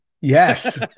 Yes